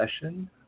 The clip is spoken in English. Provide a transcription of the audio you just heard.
session